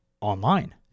online